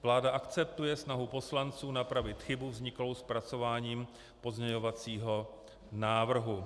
Vláda akceptuje snahu poslanců napravit chybu vzniklou zpracováním pozměňovacího návrhu.